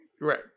Right